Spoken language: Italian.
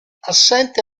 assente